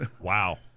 wow